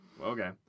Okay